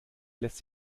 lässt